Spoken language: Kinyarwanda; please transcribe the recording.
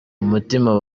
umutima